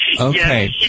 Okay